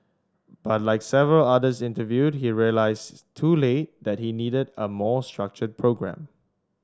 but like several others interviewed he realised too late that he needed a more structured programme